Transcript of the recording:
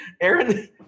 Aaron